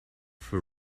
for